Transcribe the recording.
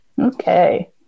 Okay